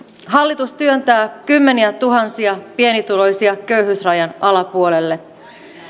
hallitus työntää kymmeniätuhansia pienituloisia köyhyysrajan alapuolelle